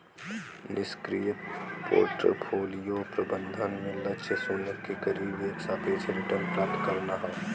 निष्क्रिय पोर्टफोलियो प्रबंधन में लक्ष्य शून्य के करीब एक सापेक्ष रिटर्न प्राप्त करना हौ